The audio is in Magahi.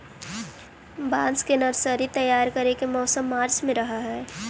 बांस के नर्सरी तैयार करे के मौसम मार्च में रहऽ हई